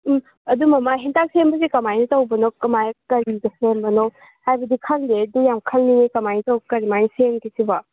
ꯑꯗꯣ ꯃꯃꯥ ꯍꯦꯟꯇꯥꯛ ꯁꯦꯝꯕꯁꯦ ꯀꯃꯥꯏ ꯇꯧꯕꯅꯣ ꯀꯃꯥꯏ ꯀꯔꯤꯗ ꯁꯦꯝꯕꯅꯣ ꯍꯥꯏꯕꯗꯤ ꯈꯪꯗꯦ ꯑꯗꯨ ꯌꯥꯝ ꯈꯪꯅꯤꯡꯉꯦ ꯀꯃꯥꯏ ꯇꯧ ꯀꯔꯃꯥꯏ ꯁꯦꯝꯒꯦ ꯁꯤꯕꯣ